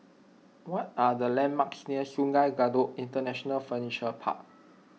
what are the landmarks near Sungei Kadut International Furniture Park